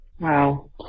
Wow